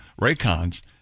Raycon's